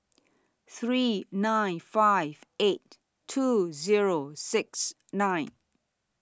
three nine five eight two Zero six nine